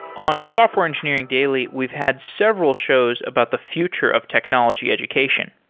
on software engineering daily, we've had several shows about the future of technology education.